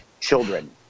children